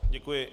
Děkuji.